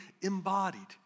Embodied